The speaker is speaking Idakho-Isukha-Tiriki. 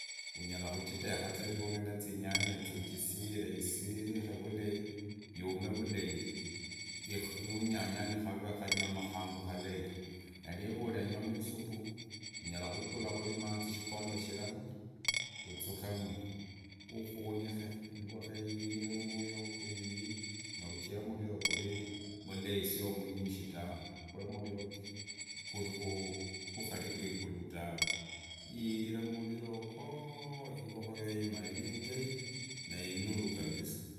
Unyala kuchiteka ndiono na zinyanyezo ujisire isireke vulai yume vulai inh nunyanya kavee kanyama kangu kalai na nivaa ulenyaamu isubu unyali kuvugulaku mai shikombe shilala uuke mu ukunike, ingoho iyirire muyoko iyii na ujie muliro mulei sio munyishi tawe, uigie muliro kugulii gwa ikulu tawe iyirire mumuliroyogoo ingokho yoyo imaive indai na inuru kabisa.